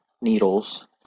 needles